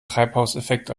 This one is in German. treibhauseffekt